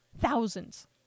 Thousands